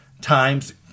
times